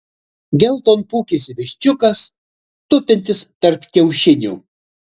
geltonpūkis viščiukas tupintis tarp kiaušinių